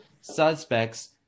Suspects